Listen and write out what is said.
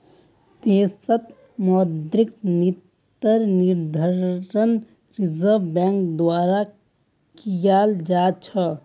देशत मौद्रिक नीतिर निर्धारण रिज़र्व बैंक द्वारा कियाल जा छ